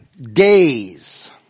days